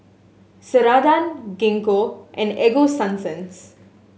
Ceradan Gingko and Ego Sunsense